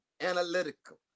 analytical